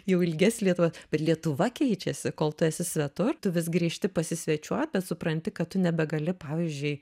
jau ilgiesi lietuvos bet lietuva keičiasi kol tu esi svetur tu vis grįžti pasisvečiuot supranti kad tu nebegali pavyzdžiui